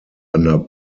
under